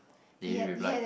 did he replied